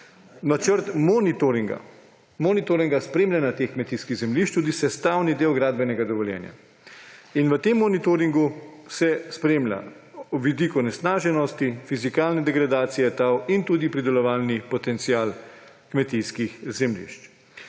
načrt monitoringa, spremljanja teh kmetijskih zemljišč tudi sestavni del gradbenega dovoljenja. V tem monitoringu se spremljajo vidik onesnaženosti, fizikalne degradacije tal in tudi pridelovalni potencial kmetijskih zemljišč.